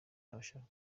abashaka